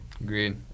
Agreed